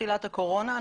מתחילת הקורונה,